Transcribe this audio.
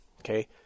Okay